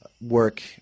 work